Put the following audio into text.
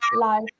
life